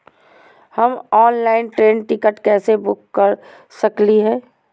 हम online train ticket कैसे book कर सकली हई?